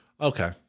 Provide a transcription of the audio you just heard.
Okay